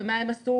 מה הם עשו,